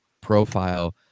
profile